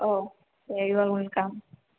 औ you are welcome